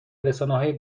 رسانههای